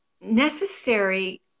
necessary